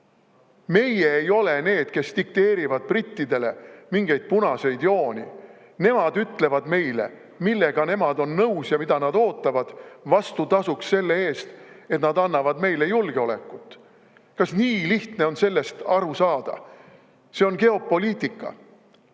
Meie ei ole need, kes dikteerivad brittidele mingeid punaseid jooni. Nemad ütlevad meile, millega nemad on nõus ja mida nad ootavad vastutasuks selle eest, et nad annavad meile julgeolekut. Nii lihtne on sellest aru saada. See on geopoliitika.